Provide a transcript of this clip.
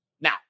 Now